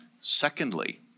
Secondly